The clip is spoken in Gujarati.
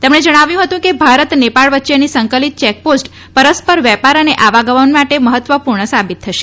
તેમણે જણાવ્યું હતું કે ભારત નેપાળ વચ્ચેની સંકલિત ચેકપોસ્ટ પરસ્પર વેપાર અને આવાગમન માટે મહત્વપૂર્ણ સાબિત થશે